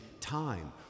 time